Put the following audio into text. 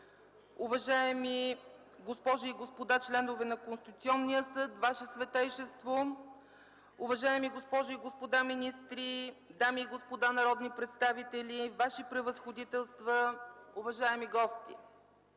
уважаеми госпожи и господа членове на Конституционния съд, Ваше Светейшество, уважаеми госпожи и господа министри, дами и господа народни представители, Ваши превъзходителства, уважаеми гости!